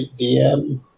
DM